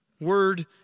Word